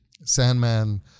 Sandman